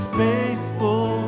faithful